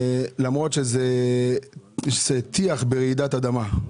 למרות שזה טיח ברעידת אדמה.